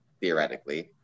theoretically